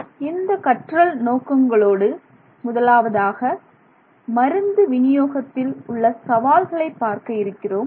இந்த கற்றல் நோக்கங்களோடு முதலாவதாக மருந்து விநியோகத்தில் உள்ள சவால்களை பார்க்க இருக்கிறோம்